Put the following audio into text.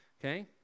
okay